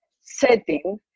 setting